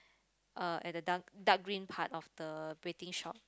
uh at the dark dark green part of the betting shop